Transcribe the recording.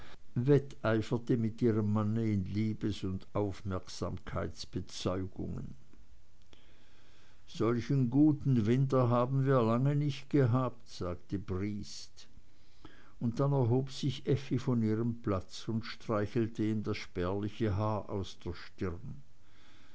mit ihrem manne in liebes und aufmerksamkeitsbezeugungen solchen winter haben wir lange nicht gehabt sagte briest und dann erhob sich effi von ihrem platz und streichelte ihm das spärliche haar aus der stirn